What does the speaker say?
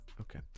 okay